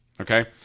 okay